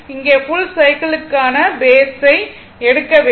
இங்கே ஃபுல் சைக்கிள்க்குக்கான பேஸ் ஐ இங்கே எடுக்க வேண்டும்